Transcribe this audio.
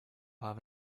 have